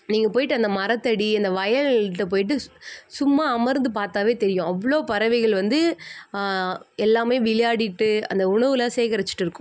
நீங்கள் போய்விட்டு அந்த மரத்தடி அந்த வயல்கிட்ட போய்விட்டு சு சும்மா அமர்ந்து பார்த்தாவே தெரியும் அவ்வளோ பறவைகள் வந்து எல்லாமே விளையாடிகிட்டு அந்த உணவெல்லாம் சேகரிச்சுட்டு இருக்கும்